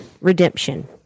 redemption